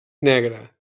negre